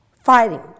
fighting